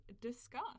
discuss